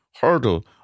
hurdle